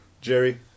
Jerry